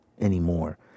anymore